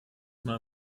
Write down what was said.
mal